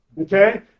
Okay